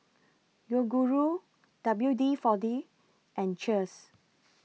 Yoguru W D forty and Cheers